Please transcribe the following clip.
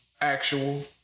actual